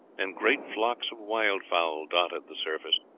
and great flocks of wild-fowl dotted the surface.